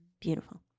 Beautiful